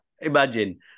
Imagine